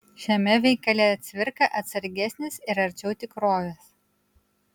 šiame veikale cvirka atsargesnis ir arčiau tikrovės